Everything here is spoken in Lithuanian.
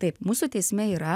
taip mūsų teisme yra